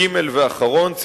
סעיף אחרון, ג.